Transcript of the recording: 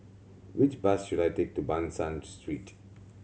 which bus should I take to Ban San Street